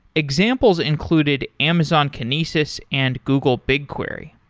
examples included amazon kinesis and google bigquery.